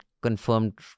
confirmed